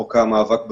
חוק המאבק בטרור.